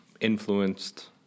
influenced